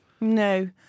No